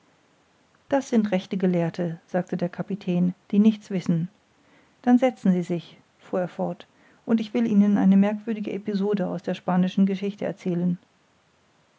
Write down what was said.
das sind rechte gelehrte sagte der kapitän die nichts wissen dann setzen sie sich fuhr er fort und ich will ihnen eine merkwürdige episode aus der spanischen geschichte erzählen